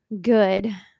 good